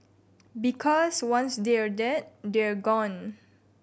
because once they're dead they're gone